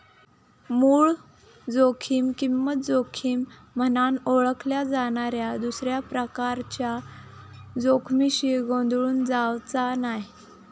मूळ जोखीम किंमत जोखीम म्हनान ओळखल्या जाणाऱ्या दुसऱ्या प्रकारच्या जोखमीशी गोंधळून जावचा नाय